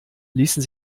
ließen